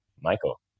Michael